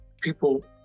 people